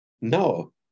No